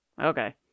Okay